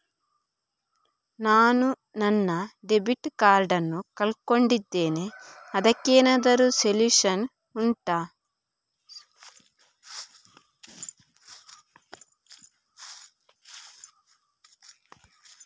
ನಾನು ನನ್ನ debit card ನ್ನು ಕಳ್ಕೊಂಡಿದ್ದೇನೆ ಅದಕ್ಕೇನಾದ್ರೂ ಸೊಲ್ಯೂಷನ್ ಉಂಟಾ